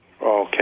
Okay